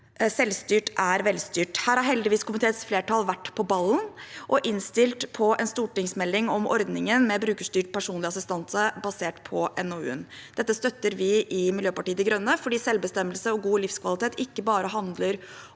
«Selvstyrt er velstyrt». Her har heldigvis komiteens flertall vært på ballen og innstilt på en stortingsmelding om ordningen med brukerstyrt personlig assistanse basert på NOU-en. Dette støtter vi i Miljøpartiet de Grønne fordi selvbestemmelse og god livskvalitet ikke bare handler om